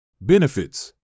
Benefits